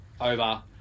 over